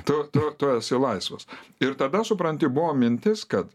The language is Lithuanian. tu tu tu esi laisvas ir tada supranti buvo mintis kad